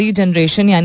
generation